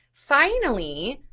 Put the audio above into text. finally,